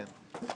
כן.